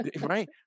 right